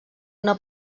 una